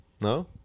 no